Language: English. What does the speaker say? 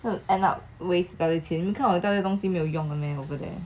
end up waste 我的钱你看我吊在那边的东西都没有用的 meh over there